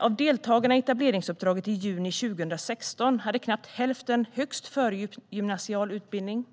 Av deltagarna i etableringsuppdraget i juni 2016 hade knappt hälften högst förgymnasial utbildning.